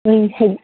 ꯎꯝ